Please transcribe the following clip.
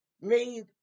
made